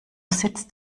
sitzt